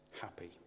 happy